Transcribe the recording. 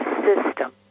system